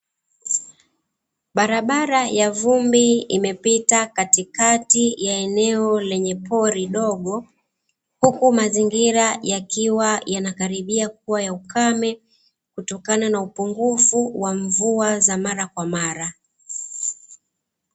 Barabara ya vumbi imepita katikati ya eneo lenye pori dogo, huku mazingira yakiwa yanakaribia kuwa ya ukame, kutokana na upungufu wa mvua za mara kwa mara.